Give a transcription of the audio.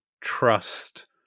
trust